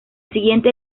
siguiente